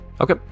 Okay